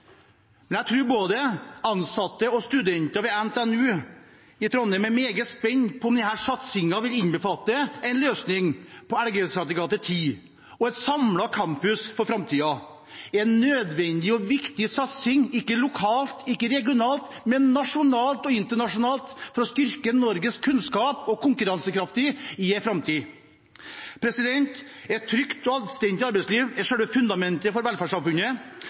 Men jeg tror både ansatte og studenter ved NTNU i Trondheim er meget spent på om denne satsingen vil innbefatte en løsning på Elgesetergate 10. En samlet campus er nødvendig og en viktig satsing for framtiden – ikke lokalt, ikke regionalt, men nasjonalt og internasjonalt, for å styrke Norges kunnskap og konkurransekraft i framtiden. Et trygt og anstendig arbeidsliv er selve fundamentet for velferdssamfunnet.